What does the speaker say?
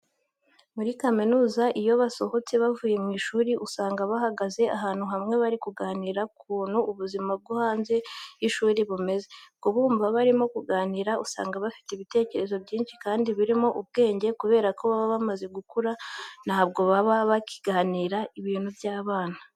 Muri kaminuza iyo basohotse bavuye mu ishuri usanga bahagaze ahantu hamwe bari kuganira ku kuntu ubuzima bwo hanze y'ishuri bumeze. Kubumva barimo kuganira usanga bafite ibitekerezo byinshi kandi birimo ubwenge kubera ko baba bamaze gukura, ntabwo baba bakiganira ibintu by'abana.